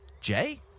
Jay